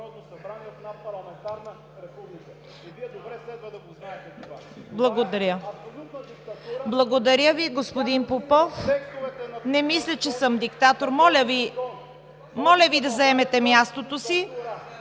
Благодаря Ви, господин Попов! Не мисля, че съм диктатор. Моля Ви да заемете мястото си!